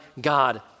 God